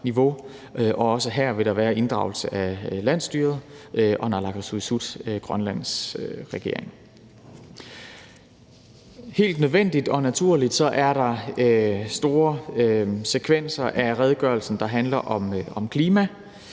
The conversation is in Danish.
også her vil der være inddragelse af landsstyret og naalakkersuisut, Grønlands regering. Helt nødvendigt og naturligt er der store sekvenser af redegørelsen, der handler om klima